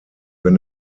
wenn